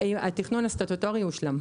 התכנון הסטטוטורי הושלם.